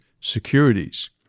securities